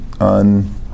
on